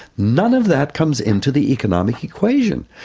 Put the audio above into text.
none of that comes into the economic equation.